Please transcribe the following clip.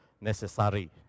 necessary